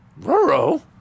Roro